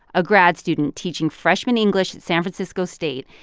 a grad student teaching freshman english at san francisco state,